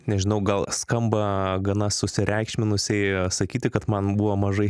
nežinau gal skamba gana susireikšminusiai sakyti kad man buvo mažai